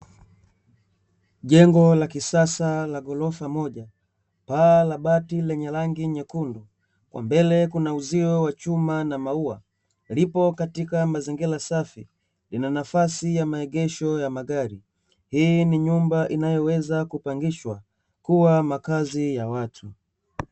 Jengo la kisasa la ghorofa moja, paa la bati lenye rangi nyekundu, kwa mbele kuna uzio wa chuma na maua, lipo katika mazingira safi, lina nafasi ya maegesho ya magari, hii ni nyumba inayoweza kupangishwa kuwa makazi ya watu.